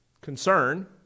concern